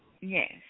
yes